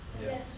Yes